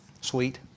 sweet